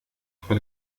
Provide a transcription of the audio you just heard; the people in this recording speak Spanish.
fue